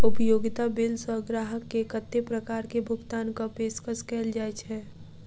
उपयोगिता बिल सऽ ग्राहक केँ कत्ते प्रकार केँ भुगतान कऽ पेशकश कैल जाय छै?